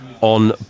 on